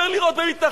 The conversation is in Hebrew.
אומר: לירות במתנחלים,